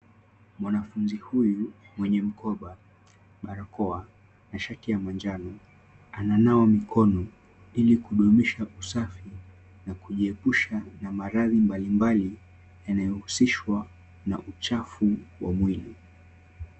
Mwanafunzi huyu mwenye mkoba barakoa na shati ya manjano ananawa mikono ili kudumisha usafi na kujiepusha na maradhi mbalimbali yanayohusishwa na uchafu wa mwili.